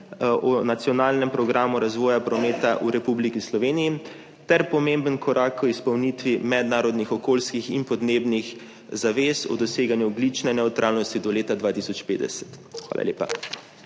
o nacionalnem programu razvoja prometa v Republiki Sloveniji ter pomemben korak k izpolnitvi mednarodnih okoljskih in podnebnih zavez o doseganju ogljične nevtralnosti do leta 2050. Hvala lepa.